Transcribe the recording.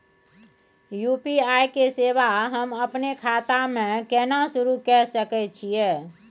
UPI के सेवा हम अपने खाता म केना सुरू के सके छियै?